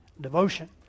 devotion